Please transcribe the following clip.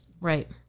right